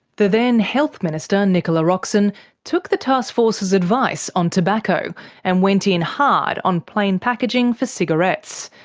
the then health minister nicola roxon took the taskforce's advice on tobacco and went in hard on plain packaging for cigarettes.